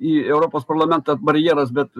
į europos parlamentą barjeras bet